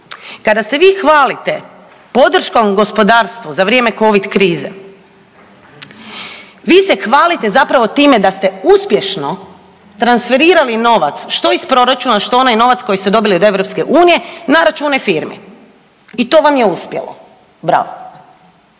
Kada se vi hvalite podrškom gospodarstvu za vrijeme covid krize vi se hvalite zapravo time da ste uspješno transferirali novac što iz proračuna, što onaj novac koji ste dobili od EU na račune firmi i to vam je uspjelo. Bravo!